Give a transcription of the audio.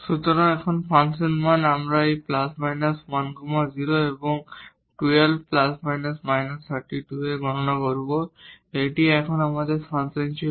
সুতরাং এখন ফাংশন মান আমরা এই ± 10 এবং 12 ± 32 এ গণনা করব এটি এখন আমাদের ফাংশন ছিল